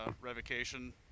Revocation